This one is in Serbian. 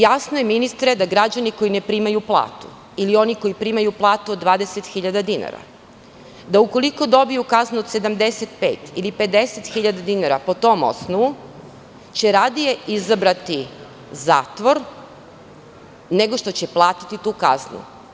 Jasno je ministre, da građani koji ne primaju platu, ili oni koji primaju platu od 20 hiljada dinara, da ukoliko dobiju kaznu od 75 ili 50 hiljada dinara po tom osnovu će radije izabrati zatvor, nego što će platiti tu kaznu.